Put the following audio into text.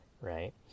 right